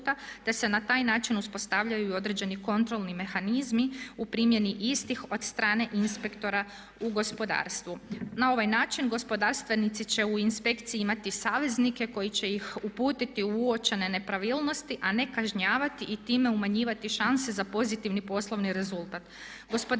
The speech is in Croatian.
te se na taj način uspostavljaju i određeni kontrolni mehanizmi u primjeni istih od strane inspektora u gospodarstvu. Na ovaj način gospodarstvenici će u inspekciji imati saveznike koji će ih uputiti u uočene nepravilnosti a ne kažnjavati i time umanjivati šanse za pozitivni poslovni rezultat.